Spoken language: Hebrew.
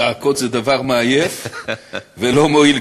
צעקות זה דבר מעייף ולא מועיל,